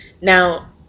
Now